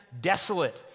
desolate